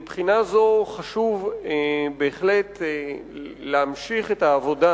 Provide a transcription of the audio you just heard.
מבחינה זו חשוב בהחלט להמשיך את העבודה